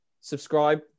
Subscribe